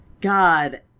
God